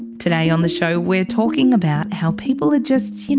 today on the show we're talking about how people are just.